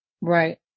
Right